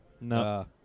No